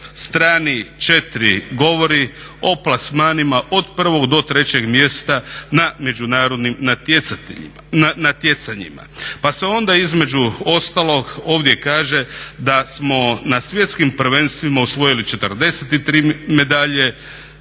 strani 4. govori o plasmanima od 1. do 3. mjesta na međunarodnim natjecanjima. Pa se onda između ostalog ovdje kaže da smo na svjetskim prvenstvima osvojili 43 medalje,